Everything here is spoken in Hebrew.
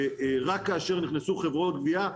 רק כאשר נכנסו חברות הגבייה,